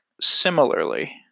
similarly